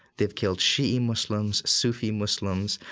they've killed shiite muslims, sufi muslims,